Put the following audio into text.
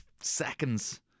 seconds